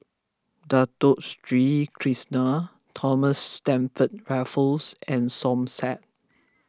Dato Sri Krishna Thomas Stamford Raffles and Som Said